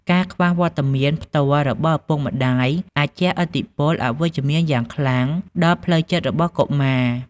ការខ្វះវត្តមានផ្ទាល់របស់ឪពុកម្ដាយ អាចជះឥទ្ធិពលអវិជ្ជមានយ៉ាងខ្លាំងដល់ផ្លូវចិត្តរបស់កុមារ។